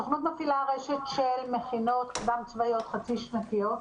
הסוכנות מפעילה רשת של מכינות קדם צבאיות חצי שנתיות,